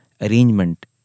arrangement